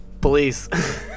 police